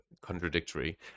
contradictory